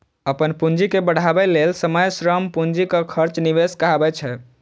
अपन पूंजी के बढ़ाबै लेल समय, श्रम, पूंजीक खर्च निवेश कहाबै छै